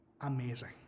amazing